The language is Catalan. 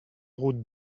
hagut